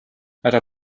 ära